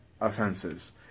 offenses